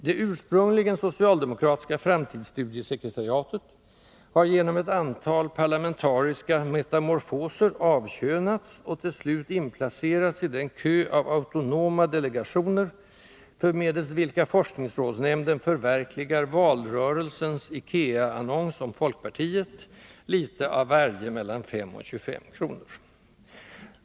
Det ursprungligen socialdemokratiska framtidsstudiesekretariatet har genom ett antal parlamentariska metamorfoser avkönats och till slut inplacerats i den kö av autonoma delegationer, förmedelst vilka forskningsrådsnämnden förverkligar valrörelsens IKEA annons om folkpartiet: ”Litet av varje mellan 5:- och 25:- kronor”.